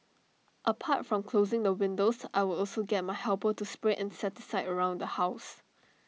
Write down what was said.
apart from closing the windows I would also get my helper to spray insecticide around the house